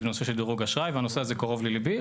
נושא של דירוג אשראי והנושא הזה קרוב לליבי.